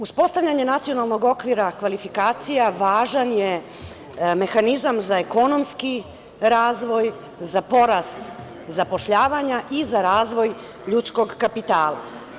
Uspostavljanje Nacionalnog okvira kvalifikacija važan je mehanizam za ekonomski razvoj, za porast zapošljavanja i za razvoj ljudskog kapitala.